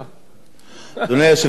אדוני היושב-ראש, בוא נעשה סדר.